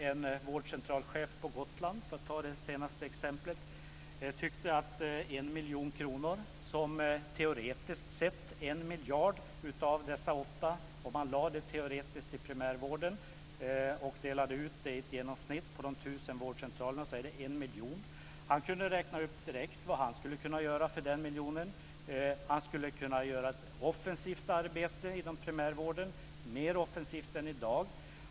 En vårdcentralschef på Gotland, för att ta det senaste exemplet, kunde direkt räkna upp vad han skulle kunna göra för en miljon kronor - om man teoretiskt sett lade en miljard av dessa åtta till primärvården och delade upp dem i ett genomsnitt på de tusen vårdcentralerna blir det en miljon. Han skulle kunna göra ett offensivt arbete inom primärvården, mer offensivt än i dag.